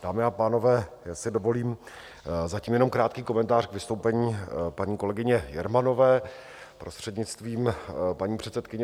Dámy a pánové, já si dovolím zatím jenom krátký komentář k vystoupení paní kolegyně Jermanové, prostřednictvím paní předsedkyně.